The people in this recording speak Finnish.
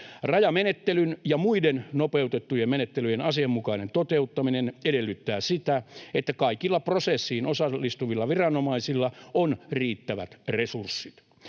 Rajamenettelyn ja muiden nopeutettujen menettelyjen asianmukainen toteuttaminen edellyttää sitä, että kaikilla prosessiin osallistuvilla viranomaisilla on riittävät resurssit.